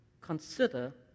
consider